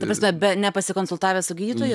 ta prasme be nepasikonsultavęs su gydytoju